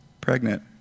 pregnant